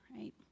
right